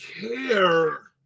care